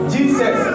Jesus